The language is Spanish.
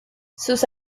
sus